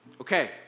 Okay